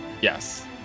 Yes